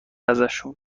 ازشون